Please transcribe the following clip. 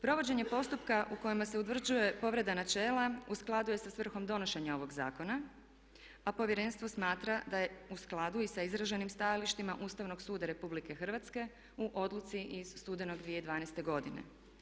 Provođenje postupaka u kojima se utvrđuje povreda načela u skladu je sa svrhom donošenja ovog zakona, a povjerenstvo smatra da je u skladu i sa izraženim stajalištima Ustavnog suda Republike Hrvatske u odluci iz studenog 2012. godine.